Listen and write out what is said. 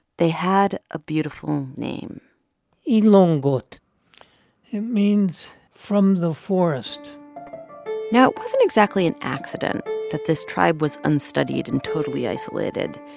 they had a beautiful name ilongot it means from the forest now, it wasn't exactly an accident that this tribe was unstudied and totally isolated.